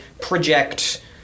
project